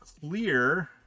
Clear